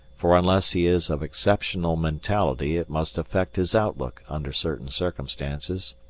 for unless he is of exceptional mentality it must affect his outlook under certain circumstances,